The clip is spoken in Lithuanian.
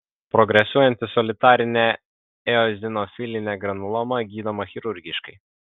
progresuojanti solitarinė eozinofilinė granuloma gydoma chirurgiškai